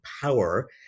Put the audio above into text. power